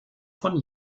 von